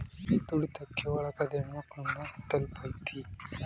ತುಳಿತಕ್ಕೆ ಒಳಗಾದ ಹೆಣ್ಮಕ್ಳು ನ ತಲುಪೈತಿ